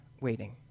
waiting